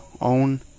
own